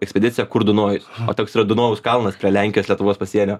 ekspedicija kur dunojus o toks yra dunojaus kalnas prie lenkijos lietuvos pasienio